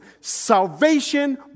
salvation